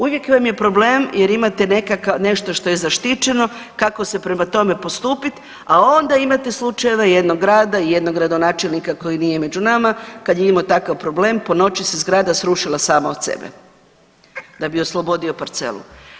Uvijek vam je problem jer imate nešto što je zaštićeno, kako se prema tome postupit, a onda imate slučajeve jednog grada i jednog gradonačelnika koji nije među nama, kad je imao takav problem po noći se zgrada srušila sama od sebe da bi oslobodio parcelu.